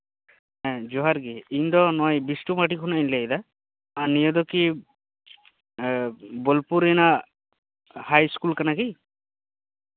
ᱦᱮᱸ ᱡᱚᱦᱟᱨᱜᱤ ᱤᱧᱫᱚ ᱱᱚᱜᱚᱭ ᱵᱤᱥᱱᱩ ᱯᱟᱴᱤ ᱠᱷᱚᱱᱟᱜ ᱤᱧ ᱞᱟᱹᱭᱮᱫᱟ ᱟᱨ ᱱᱤᱭᱟᱹᱫᱚᱠᱤᱵᱚᱞᱯᱩᱨ ᱨᱮᱱᱟᱜ ᱦᱟᱭᱤᱥᱠᱩᱞ ᱠᱟᱱᱟ ᱠᱤ